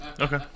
Okay